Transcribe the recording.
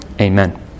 Amen